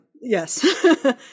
Yes